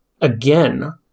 again